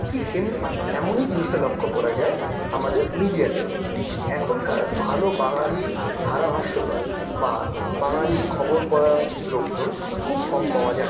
ঠিক সেম এমনই জিনিসটা লক্ষ্য করা যায় আমাদের মিডিয়াতেও এখনকার ভালো বাঙালি ধারাভাষ্যকার বা বাঙালি খবর পড়ার লোকজন খুব কম পাওয়া যায়